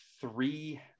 three